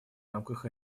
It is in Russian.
рамках